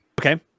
okay